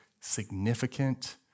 significant